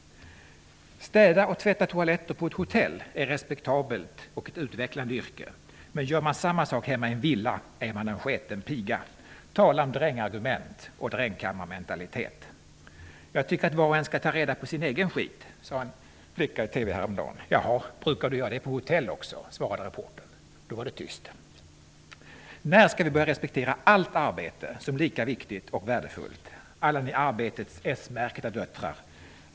Städa och tvätta toaletter på ett hotell är ett respektabelt och utvecklande yrke, men gör man samma sak hemma i en villa är man en sketen piga. Tala om drängargument och drängkammarmentalitet! Jag tycker att var och en ska ta reda på sin egen skit, sade en flicka i TV häromdagen. Brukar du göra det när du bor på hotell också? frågade reportern. Då blev det tyst. När ska vi börja respektera allt arbete som lika viktigt och värdefullt? Alla ni arbetets märkta döttrar?